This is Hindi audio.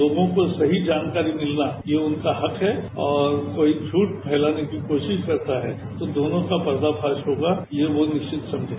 तोगों को सही जानकारी मितना ये उनका हक है और कोई झूठ छैताने की कोशिश करता है कि दोनों का पर्दावास होगा ये ये निरवित समझे